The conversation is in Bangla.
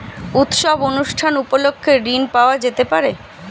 উৎসব অনুষ্ঠান উপলক্ষে ঋণ পাওয়া যেতে পারে?